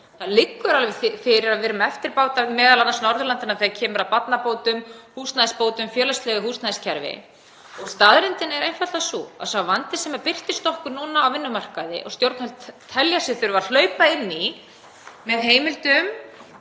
Það liggur alveg fyrir að við erum eftirbátar Norðurlandanna þegar kemur að barnabótum, húsnæðisbótum og félagslegu húsnæðiskerfi. Staðreyndin er einfaldlega sú að sá vandi sem birtist okkur núna á vinnumarkaði, og stjórnvöld telja sig þurfa að hlaupa inn í með heimildum